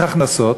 צריך הכנסות,